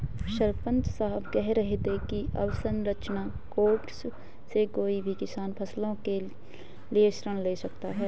सरपंच साहब कह रहे थे कि अवसंरचना कोर्स से कोई भी किसान फसलों के लिए ऋण ले सकता है